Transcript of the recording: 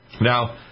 Now